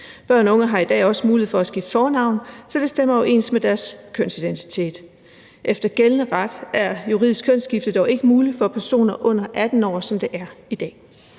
Børn og unge har i dag også mulighed for at skifte fornavn, så det stemmer overens med deres kønsidentitet. Efter gældende ret er juridisk kønsskifte dog ikke muligt for personer under 18 år, som det er i dag.